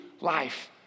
life